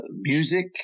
music